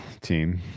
team